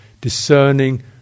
discerning